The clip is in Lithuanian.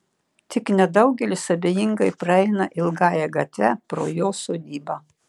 tik nedaugelis abejingai praeina ilgąja gatve pro jo sodybą